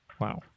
Wow